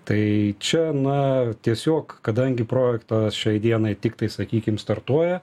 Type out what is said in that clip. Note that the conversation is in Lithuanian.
tai čia na tiesiog kadangi projektas šiai dienai tiktai sakykim startuoja